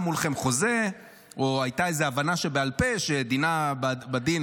מולכם חוזה או הייתה איזו הבנה שבעל פה שדינה בדין,